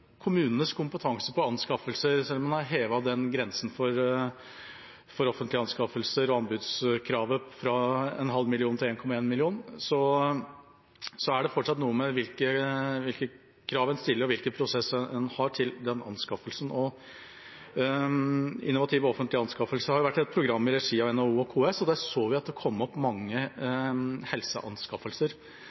kommunenes kompetanse innen anskaffelser. Selv om en har hevet grensen for offentlige anskaffelser og anbudskravet fra 0,5 mill. kr til 1,1 mill. kr, er det fortsatt noe med hvilke krav en stiller, og hvilke prosesser en har for den anskaffelsen. Innovative offentlige anskaffelser har vært et program i regi av NHO og KS, og der så vi at det kom opp mange helseanskaffelser.